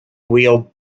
wheeled